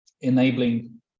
enabling